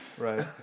Right